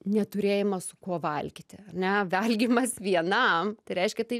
neturėjimas su kuo valgyti ar ne valgymas vienam tai reiškia tai